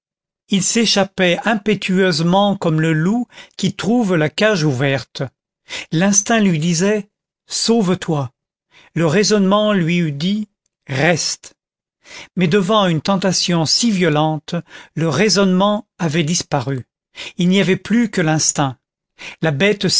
il s'échappait impétueusement comme le loup qui trouve la cage ouverte l'instinct lui disait sauve-toi le raisonnement lui eût dit reste mais devant une tentation si violente le raisonnement avait disparu il n'y avait plus que l'instinct la bête